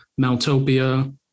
Maltopia